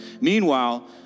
Meanwhile